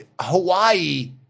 Hawaii